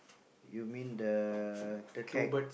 you mean the keg